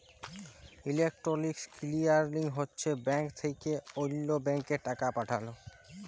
electronic clearing হছে bank থ্যাকে অল্য ব্যাংকে টাকা পাঠাল